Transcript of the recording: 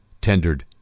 tendered